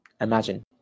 Imagine